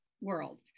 world